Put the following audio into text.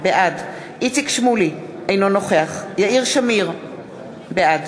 בעד איציק שמולי, אינו נוכח יאיר שמיר, בעד